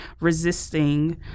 resisting